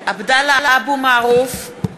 (קוראת בשמות חברי הכנסת) עבדאללה אבו מערוף,